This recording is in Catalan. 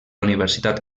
universitat